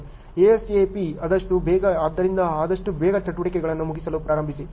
ASAP ಆದಷ್ಟು ಬೇಗ ಆದ್ದರಿಂದ ಆದಷ್ಟು ಬೇಗ ಚಟುವಟಿಕೆಗಳನ್ನು ಮುಗಿಸಲು ಪ್ರಾರಂಭಿಸಿ